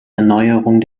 erneuerung